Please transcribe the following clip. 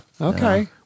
Okay